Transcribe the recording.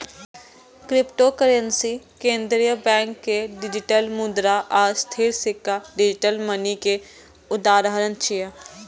cryptocurrency, केंद्रीय bank के digital मुद्रा आ स्थिर सिक्का डिजिटल मनी के उदाहरण छियै